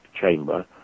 chamber